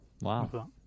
Wow